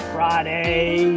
Friday